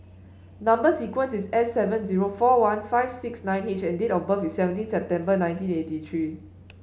number sequence is S seven zero four one five six nine H and date of birth is seventeen September nineteen eighty three